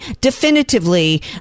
definitively